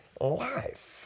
life